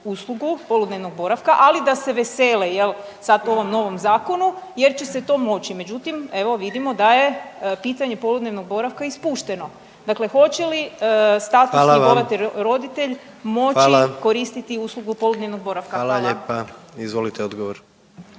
uslugu poludnevnog boravka, ali da se vesele sad ovom novom zakonu jer će se to moći. Međutim, evo vidimo da je pitanje poludnevnog boravka ispušteno. Dakle, hoće li status njegovatelj roditelj moći koristiti uslugu poludnevnog boravka? Hvala lijepa. **Jandroković,